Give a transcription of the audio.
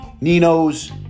Nino's